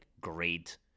great